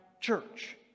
church